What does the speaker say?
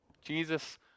Jesus